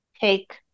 take